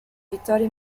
vittorio